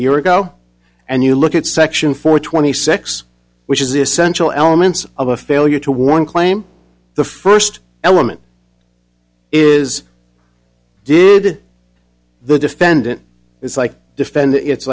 year ago and you look at section four twenty six which is essential elements of a failure to one claim the first element is did the defendant it's like defend